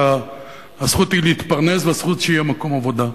הזכות להתפרנס והזכות שיהיה מקום עבודה.